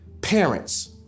parents